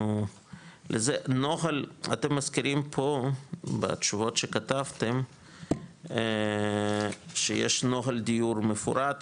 אתם מזכירים פה בתשובות שכתבתם שיש נוהל דיור מפורט,